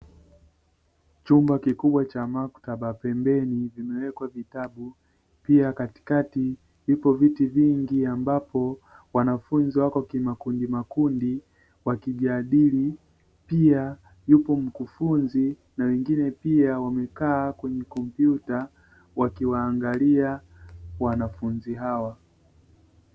Chumba kikubwa cha maktaba, pembeni vimewekwa vitabu pia katikati vipo viti vingi ambapo wanafunzi wako kimakundimakundi wakijadili; pia yupo mkufunzi na wengine pia wamekaa kwenye kompyuta wakiwaangalia wanafunzi hawa.